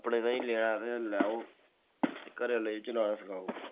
अपने ताईं लैना ते लैओ ते घरै आह्ले गी चलाना सखाओ